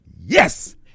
Yes